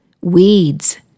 Weeds